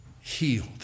healed